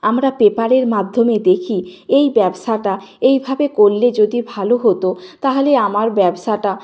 আমরা পেপারের মাধ্যমে দেখি এই ব্যবসাটা এইভাবে করলে যদি ভালো হতো তাহলে আমার ব্যবসাটা